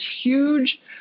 huge